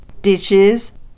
dishes